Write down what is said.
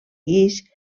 guix